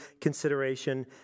consideration